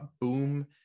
boom